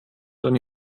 dann